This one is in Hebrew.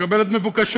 לקבל את מבוקשו.